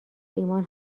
ایمان